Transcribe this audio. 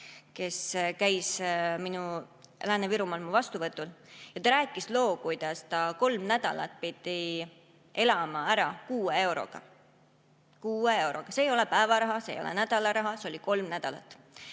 kes käis Lääne-Virumaal minu vastuvõtul. Ta rääkis loo, kuidas ta kolm nädalat pidi elama ära kuue euroga. Kuue euroga! See ei olnud päevaraha, see ei olnud nädalaraha, see oli kolme nädala